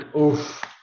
Oof